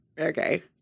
okay